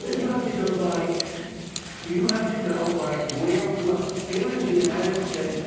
you have to go by you have to go by where look. here is the united states.